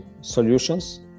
solutions